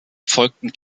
folgten